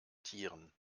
tieren